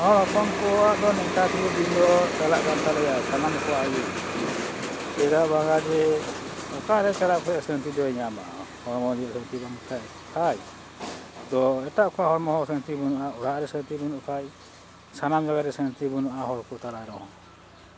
ᱦᱚᱸ ᱠᱚᱣᱟᱜ ᱫᱚ ᱱᱮᱛᱟᱨ ᱫᱤᱱ ᱫᱚ ᱪᱟᱞᱟᱜ ᱠᱟᱱ ᱛᱟᱞᱮᱭᱟ ᱥᱟᱱᱟᱢ ᱠᱚᱣᱟᱜ ᱵᱟᱜᱟ ᱡᱮ ᱚᱠᱟᱨᱮ ᱪᱟᱞᱟᱜ ᱠᱷᱚᱡ ᱥᱟᱹᱱᱛᱤ ᱫᱚᱭ ᱧᱟᱢᱟ ᱦᱚᱲᱢᱚ ᱡᱩᱫᱤ ᱥᱟᱹᱱᱛᱤ ᱵᱟᱹᱱᱩᱜ ᱠᱷᱟᱡ ᱠᱷᱟᱡ ᱛᱚ ᱮᱴᱟᱜ ᱚᱠᱟ ᱦᱚᱲᱢᱚ ᱦᱚᱸ ᱥᱟᱹᱱᱛᱤ ᱵᱟᱹᱱᱩᱜᱼᱟ ᱚᱲᱟᱜ ᱨᱮ ᱥᱟᱹᱱᱛᱤ ᱵᱟᱹᱱᱩᱜ ᱠᱷᱟᱡ ᱥᱟᱱᱟᱢ ᱡᱟᱭᱜᱟ ᱨᱮ ᱥᱟᱹᱱᱛᱤ ᱵᱟᱹᱱᱩᱜᱼᱟ ᱦᱚᱲ ᱠᱚ ᱛᱟᱞᱟ ᱨᱮᱦᱚᱸ